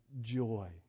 joy